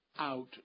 out